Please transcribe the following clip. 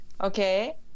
Okay